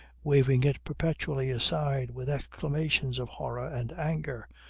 waving it perpetually aside with exclamations of horror and anger,